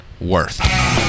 worth